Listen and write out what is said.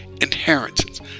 inheritance